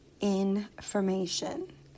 information